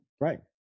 right